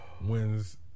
wins